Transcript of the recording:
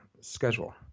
schedule